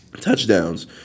touchdowns